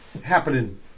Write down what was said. happening